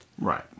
Right